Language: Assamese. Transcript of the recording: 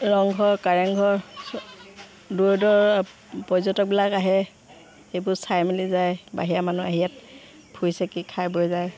ৰংঘৰ কাৰেংঘৰ দূৰ দূৰৰ পৰ্যটকবিলাক আহে সেইবোৰ চাই মেলি যায় বাহিৰা মানুহ আহে ইয়াত ফুৰি চাকি খাই বৈ যায়